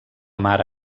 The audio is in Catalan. mare